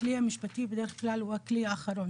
הכלי המשפטי בדרך כלל הוא הכלי האחרון,